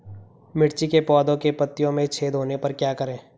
मिर्ची के पौधों के पत्तियों में छेद होने पर क्या करें?